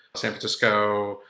san francisco,